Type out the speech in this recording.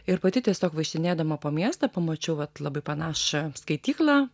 ir pati tiesiog vaikštinėdama po miestą pamačiau vat labai panašią skaityklą